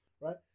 right